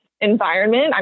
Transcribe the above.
environment